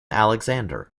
alexander